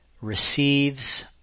receives